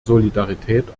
solidarität